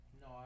No